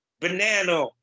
banana